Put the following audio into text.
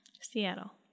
Seattle